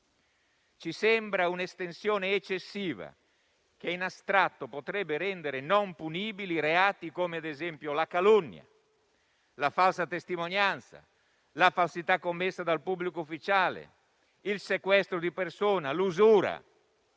ci sembra un'estensione eccessiva che in astratto potrebbe rendere non punibili reati come, ad esempio, la calunnia, la falsa testimonianza, la falsità commessa dal pubblico ufficiale, il sequestro di persona, l'usura: